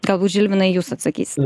galbūt žilvinai jūs atsakysit